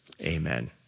amen